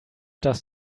does